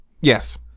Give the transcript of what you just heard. Yes